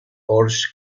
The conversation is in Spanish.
porsche